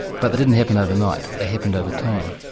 but they didn't happen overnight, they happened over time.